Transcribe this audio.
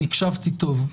אם הקשבתי טוב.